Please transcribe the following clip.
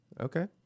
Okay